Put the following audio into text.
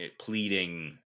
pleading